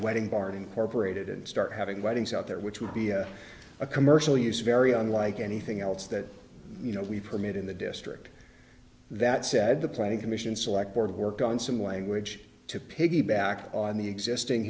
wedding party corporate it and start having weddings out there which would be a commercial use very unlike anything else that you know we permit in the district that said the planning commission select board work on some language to piggyback on the existing